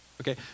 Okay